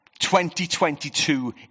2022